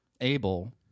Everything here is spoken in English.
able